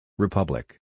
Republic